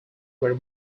were